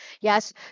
yes